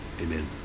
Amen